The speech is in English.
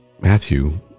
Matthew